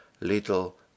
little